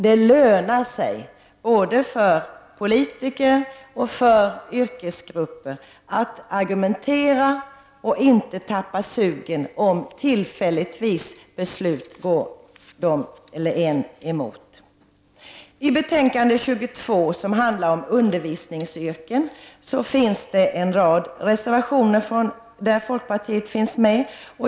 Det lönar sig både för politiker och för yrkesgrupper att argumentera och att inte tappa sugen om besluten tillfälligtvis går en emot. I betänkande UbU22, som handlar om undervisningsyrken, finns det en rad reservationer som folkpartiet är med på.